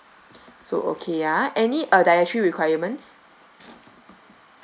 so okay ah any uh dietary requirements